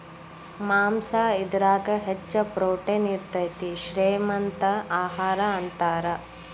ಮಾಂಸಾ ಇದರಾಗ ಹೆಚ್ಚ ಪ್ರೋಟೇನ್ ಇರತತಿ, ಶ್ರೇ ಮಂತ ಆಹಾರಾ ಅಂತಾರ